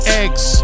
eggs